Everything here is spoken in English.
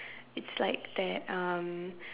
it's like that um